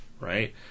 Right